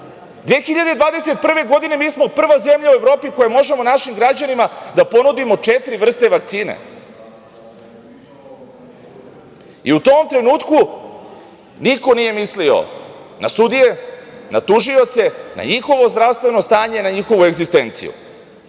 2021. mi smo prva zemlja u Evropi koja može svojim građanima da ponudi četiri vrste vakcine.U tom trenutku niko nije mislio na sudije, na tužioce, na njihovo zdravstveno stanje, na njihovu egzistenciju. Čitajući